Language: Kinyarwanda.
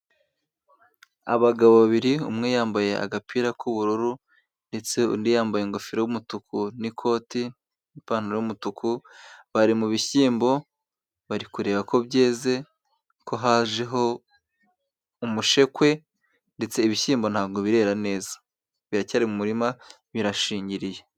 Abagabo babiri umwe yambaye agapira k'ubururu ndetse undi yambaye ingofero y'umutuku n'ikoti, ipantaro y'umutuku, bari mu bishyimbo bari kureba ko byeze, ko hajeho umushekwe ndetse ibishyimbo ntabwo birera neza, biracyari mu murima birashingiriye.